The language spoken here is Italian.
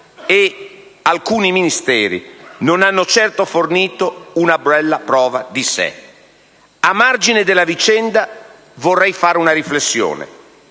ed alcuni Ministeri non hanno certo fornito una bella prova di sé. A margine della vicenda, vorrei fare una riflessione.